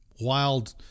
wild